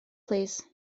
plîs